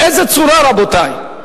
באיזה צורה, רבותי?